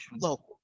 local